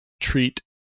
treat